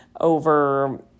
over